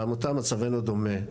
בעמותה מצבנו דומה,